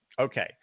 Okay